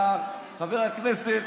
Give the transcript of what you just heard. אתה, חבר הכנסת